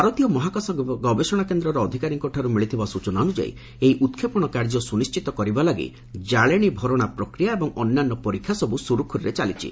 ଭାରତୀୟ ମହାକାଶ ଗବେଷଣା କେନ୍ଦ୍ରର ଅଧିକାରୀଙ୍କଠାରୁ ମିଳିଥିବା ସ୍କଚନା ଅନୁଯାୟୀ ଏହି ଉତ୍କ୍ଷେପଣ କାର୍ଯ୍ୟ ସୁନିର୍ଣିତ କରିବା ଲାଗି କାଳେଶି ଭରଣା ପ୍ରକ୍ରିୟା ଏବଂ ଅନ୍ୟାନ୍ୟ ପରୀକ୍ଷା ସବୁ ସୁରୁଖୁରୁରେ ଚାଲିଛି